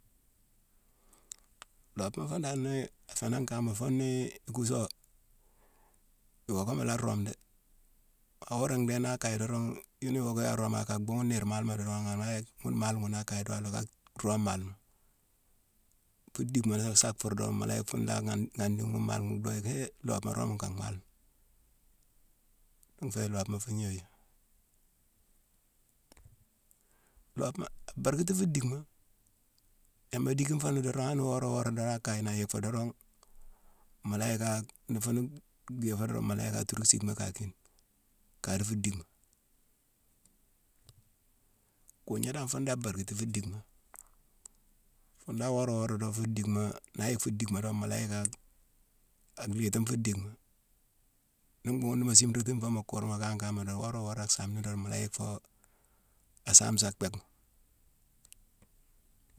Loobma fune dan nii a fé nangh kama fo nii ikuso, iwookama la aroome dé. Awora ndhééne na kaye dorong yuni iwooka yune aroome, aka bhuugune niir maalema dorong mu la yick ghune maale ghune kaye dorong a lo ka roome maalema. Fu dickma laasa fur dorong mu la yick fune la ghan-ghandine ghune maale ghune doo yicki hé loobema roome nka mhaalema. Nfé loobma fu gnoju. Loobma a barkiti fu dickma. Yama dickine fo ni dorong han ni wora wora dorong a kaye ni, a yick fo dorong, mu la yick-a-n-i fune gwii fo donrong mu la yicki a turu sickma ka kine. A di fu dickma. Kuugna, fune dan barkiti fu dickma. Fune dan wora wora dorong fu dickma naan yick fu dickma dorong mu la yick a lhiitine fu dickma. Nii mbhuughune mu simrati fo mu kurma kan kan dorong, wora wora asaame ni dorong, mu la yick fo asaame sa bhéck mo.